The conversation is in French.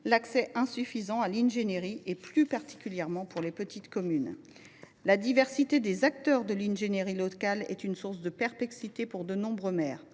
l’accès insuffisant à l’ingénierie, plus particulièrement pour les petites communes. La diversité des acteurs de l’ingénierie locale est une source de perplexité pour de nombreux maires.